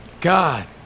God